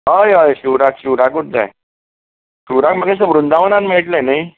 हय हय शिवराक शिवराकूच जाय शिवराक म्हाका दिसता वृंदावनान मेळटलें न्ही